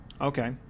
Okay